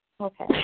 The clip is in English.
Okay